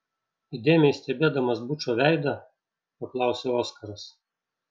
įdėmiai stebėdamas bučo veidą paklausė oskaras